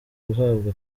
guhabwa